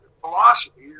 philosophy